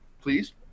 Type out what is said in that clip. please